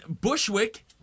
Bushwick